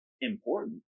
important